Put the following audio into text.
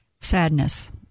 Sadness